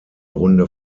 runde